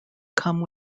come